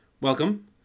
Welcome